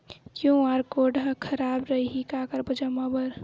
QR code हा खराब रही का करबो जमा बर?